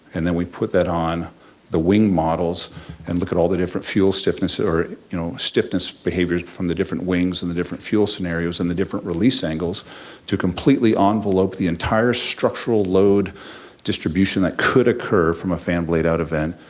and then we put that on the wing models and look at all the different fuel stiffness you know behaviors from the different wings and the different fuel scenarios and the different release angles to completely um envelope the entire structural load distribution that could occur from a fan blade out event,